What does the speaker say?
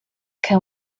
can